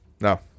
no